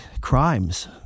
crimes